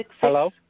hello